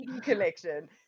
collection